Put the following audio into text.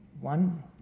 one